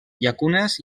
llacunes